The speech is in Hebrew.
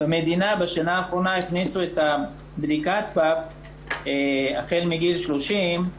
בשנה האחרונה הכניסו במדינה את בדיקת הפאפ החל מגיל 30,